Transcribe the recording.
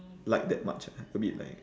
like that much ah a bit like